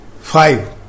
five